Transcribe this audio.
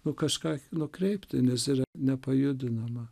nu kažką nukreipti nes yra nepajudinama